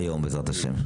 היום, בעזרת השם.